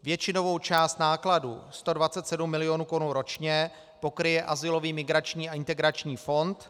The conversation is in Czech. Většinovou část nákladů, 127 milionů korun ročně, pokryje Azylový migrační a integrační fond.